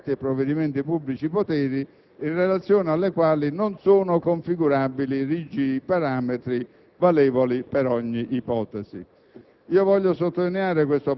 comportamenti umani, anche atti e provvedimenti dei pubblici poteri), in relazione alle quali non sono configurabili rigidi parametri, valevoli per ogni ipotesi.